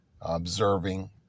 observing